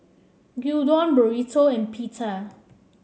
Gyudon Burrito and Pita